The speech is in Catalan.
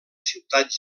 ciutat